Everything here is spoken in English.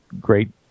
great